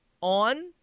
on